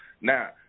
Now